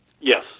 Yes